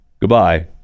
goodbye